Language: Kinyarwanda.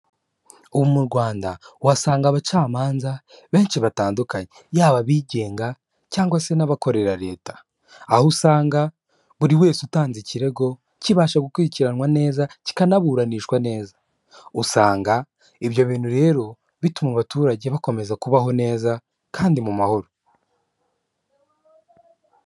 Ubu mu Rwanda uhasanga abacamanza benshi batandukanye yaba abigenga cyangwa se n'abakorera leta, aho usanga buri wese utanze ikirego kibasha gukurikiranwa neza kikanaburanishwa neza, usanga ibyo bintu rero bituma abaturage bakomeza kubaho neza kandi mu mahoro.